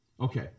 Okay